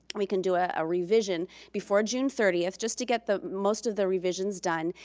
we can do a ah revision before june thirtieth just to get the most of the revisions done.